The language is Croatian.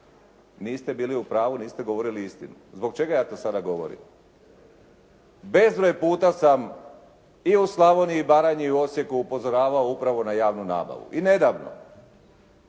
niste bili u pravu, niste govorili istinu. Zbog čega ja to sada govorim? Bezbroj puta sam i u Slavoniji i Baranji i u Osijeku upozoravao upravo na javnu nabavu i nedavno.